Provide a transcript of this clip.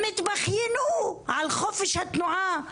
הם התבכיינו על חופש התנועה,